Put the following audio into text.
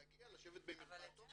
להגיע לשבת במרפאתו,